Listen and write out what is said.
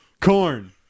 corn